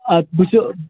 اَدٕ بہٕ چھیٚسو